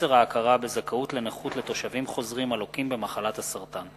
חוסר ההכרה בזכאות לנכות לתושבים חוזרים הלוקים במחלת הסרטן,